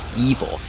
evil